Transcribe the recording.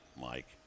Mike